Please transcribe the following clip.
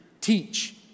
teach